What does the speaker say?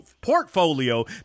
portfolio